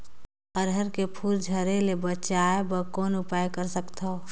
अरहर के फूल झरे ले बचाय बर कौन उपाय कर सकथव?